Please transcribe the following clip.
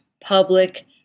public